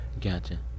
Gotcha